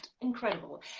incredible